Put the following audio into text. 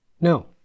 No